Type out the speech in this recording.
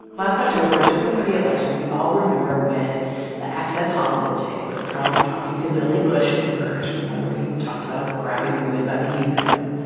last october just before the election, we all remember when the access hollywood tape of trump talking to billy bush emerged, the one where he talked about grabbing women by the you know.